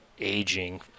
aging